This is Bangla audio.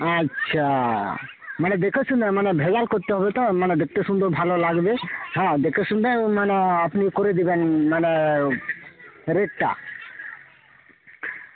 আচ্ছা মানে দেখে শুনে মানে ভেজাল করতে হবে তো মানে দেখতে সুন্দর ভালো লাগবে হ্যাঁ দেখে শুনে মানে আপনি করে দেবেন মানে রেটটা